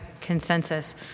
consensus